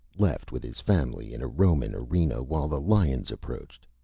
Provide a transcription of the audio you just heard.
left with his family in a roman arena, while the lions approached.